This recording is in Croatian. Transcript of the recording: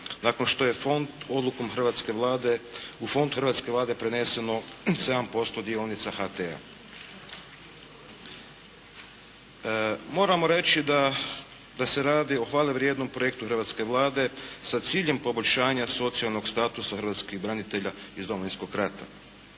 nakon što je fond odlukom hrvatske Vlade, u fond hrvatske Vlade preneseno 7% dionica HT-a. Moramo reći da se radi o hvale vrijednom projektu hrvatske Vlade sa ciljem poboljšanja socijalnog statusa hrvatskih branitelja iz Domovinskog rata.